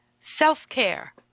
Self-care